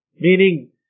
Meaning